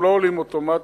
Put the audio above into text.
הם לא עולים אוטומטית.